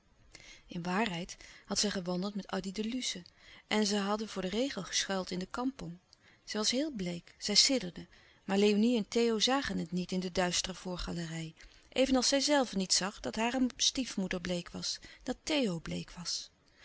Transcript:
in waarheid had zij gewandeld met addy de luce en zij hadden voor den regen geschuild in de kampong zij was heel bleek zij sidderde maar léonie en theo zagen het niet in de duistere voorgalerij evenals zijzelve niet zag dat hare stiefmoeder bleek was dat theo bleek was